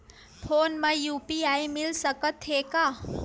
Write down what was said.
Phone मा UPI मिल सकत हे का?